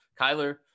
Kyler